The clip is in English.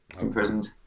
imprisoned